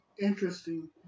interesting